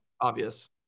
obvious